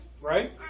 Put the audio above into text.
right